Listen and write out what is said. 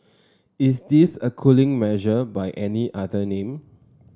is this a cooling measure by any other name